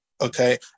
Okay